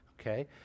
okay